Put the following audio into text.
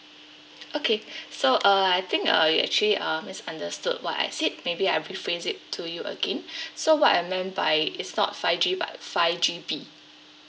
okay so uh I think uh you actually ah misunderstood what I said maybe I rephrase it to you again so what I meant by is not five G but five G_B